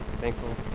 thankful